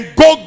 go